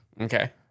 Okay